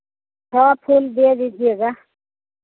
छः फूल दे दीजिएगा